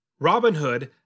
Robinhood